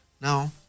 Now